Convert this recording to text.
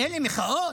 אלו מחאות?